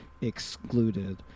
excluded